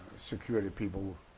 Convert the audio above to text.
security people,